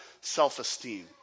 self-esteem